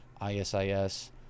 ISIS